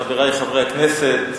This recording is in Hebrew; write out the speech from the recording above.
חברי חברי הכנסת,